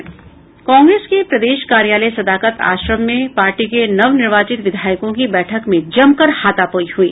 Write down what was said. कांग्रेस के प्रदेश कार्यालय सदाकत आश्रम में पार्टी के नवनिर्वाचित विधायकों की बैठक में जमकर हाथापाई हुई